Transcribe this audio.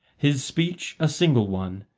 his speech a single one,